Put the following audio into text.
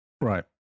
Right